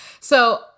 So-